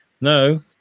no